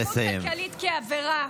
אלימות כלכלית כעבירה,